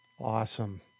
Awesome